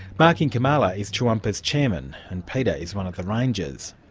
mark inkamala is tjuwumpa's chairman, and peter is one of the rangers.